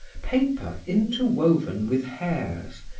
paper interwoven with hairs,